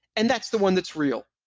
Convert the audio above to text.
and that's the one that's real.